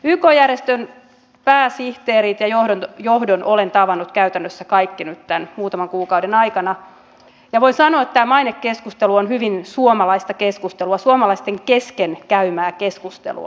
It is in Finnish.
yk järjestöjen pääsihteerit ja johdon olen tavannut käytännössä kaikki nyt tämän muutaman kuukauden aikana ja voi sanoa että tämä mainekeskustelu on hyvin suomalaista keskustelua suomalaisten keskenään käymää keskustelua